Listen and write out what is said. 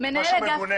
משהו מגונה.